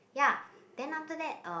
ya then after that uh